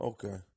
Okay